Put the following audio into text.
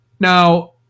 Now